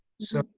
so,